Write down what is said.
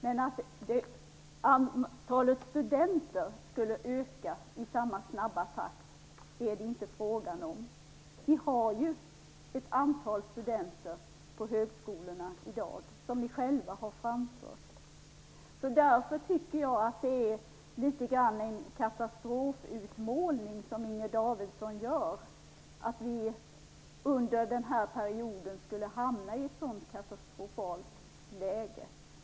Men att antalet studenter skulle öka i samma snabba takt är det inte fråga om. Vi har ju ett antal studenter på högskolorna i dag, vilket ni själva har framfört. Därför tycker jag att det är litet grand av en katastrofutmålning som Inger Davidson gör: att vi under den här perioden skulle hamna i ett sådant katastrofalt läge.